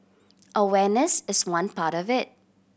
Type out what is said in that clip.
awareness is one part of it